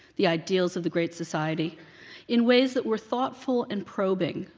the ideals of the great society in ways that were thoughtful and probing,